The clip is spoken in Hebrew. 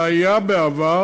זה היה בעבר,